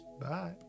bye